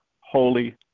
holy